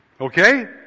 Okay